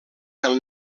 del